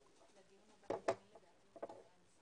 אני חושבת שאתם צריכים להפנות את השאלה הזאת